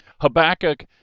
Habakkuk